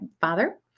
father